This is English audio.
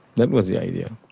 that was the idea.